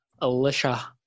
Alicia